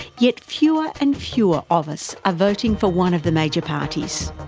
yet fewer and fewer of us are voting for one of the major parties.